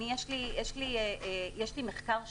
יש לי מחקר שלם.